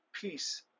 peace